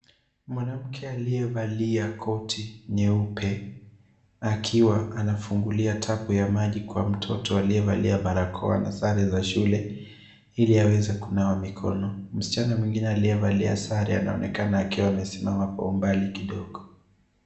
Mwanamke aliyevalia koti nyeupe akiwa anafungulia tap ya maji kwa mtoto aliyevalia barakoa na sare za shule ili aweze kunawa mikono. Msichana mwingine aiyevalia sare anaonekana akiwa amesimama kwa umbali kidogo.